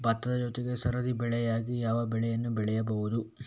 ಭತ್ತದ ಜೊತೆ ಸರದಿ ಬೆಳೆಯಾಗಿ ಯಾವ ಬೆಳೆಯನ್ನು ಬೆಳೆಯಬಹುದು?